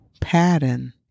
pattern